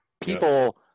people